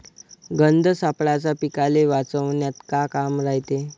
गंध सापळ्याचं पीकाले वाचवन्यात का काम रायते?